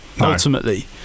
ultimately